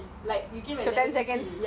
back when you